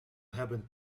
hebben